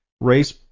race